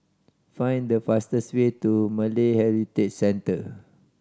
find the fastest way to Malay Heritage Centre